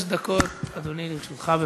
שלוש דקות, אדוני, לרשותך.